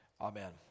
amen